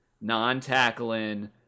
non-tackling